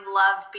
love